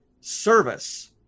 service